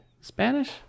Spanish